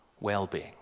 well-being